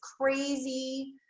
crazy